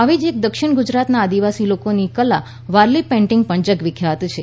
આવી જ એક દક્ષિણ ગુજરાતના આદિવાસી લોકોની કલા વારલી પેઈન્ટીંગ પણ જગવિખ્યાત છે